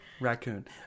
raccoon